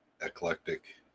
eclectic